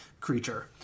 creature